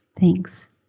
Thanks